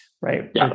right